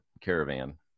Caravan